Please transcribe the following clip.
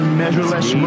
measureless